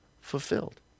fulfilled